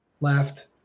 left